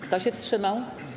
Kto się wstrzymał?